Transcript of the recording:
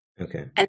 Okay